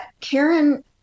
Karen